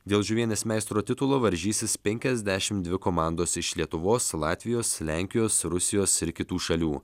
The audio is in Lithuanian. dėl žuvienės meistro titulo varžysis penkiasdešim dvi komandos iš lietuvos latvijos lenkijos rusijos ir kitų šalių